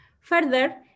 Further